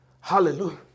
Hallelujah